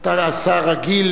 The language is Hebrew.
אתה רואה, אדוני,